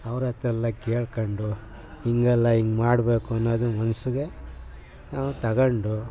ಅವ್ರತ್ರ ಎಲ್ಲ ಕೇಳ್ಕೊಂಡು ಹಿಂಗಲ್ಲ ಹಿಂಗೆ ಮಾಡಬೇಕು ಅನ್ನೋದು ಮನ್ಸಿಗೆ ನಾವು ತಗೊಂಡು